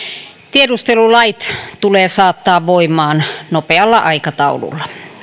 tiedustelulait tulee saattaa voimaan nopealla aikataululla